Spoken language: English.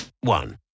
one